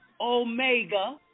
Omega